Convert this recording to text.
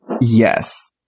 Yes